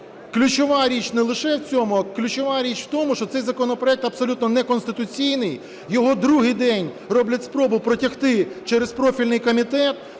ключова річ не лише в цьому, а ключова річ в тому, що цей законопроект абсолютно неконституційний, його другий день роблять спробу протягти через профільний комітет,